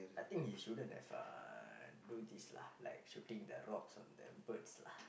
I think he shouldn't have uh do this lah like shooting the rocks on the birds lah